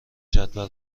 جدول